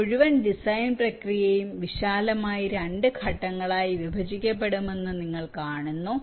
ഈ മുഴുവൻ ഡിസൈൻ പ്രക്രിയയും വിശാലമായി 2 ഭാഗങ്ങളായി വിഭജിക്കപ്പെടുമെന്ന് നിങ്ങൾ കാണുന്നു